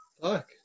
Look